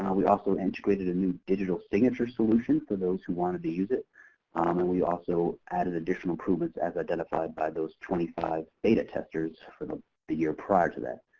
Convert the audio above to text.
um we also integrated a new digital signature solution for those who wanted to use it. um and we also added additional improvements as identified by those twenty five beta testers for the the year prior to that.